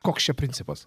koks čia principas